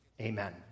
Amen